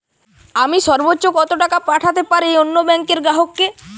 আমি সর্বোচ্চ কতো টাকা পাঠাতে পারি অন্য ব্যাংক র গ্রাহক কে?